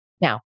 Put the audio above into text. Now